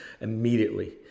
immediately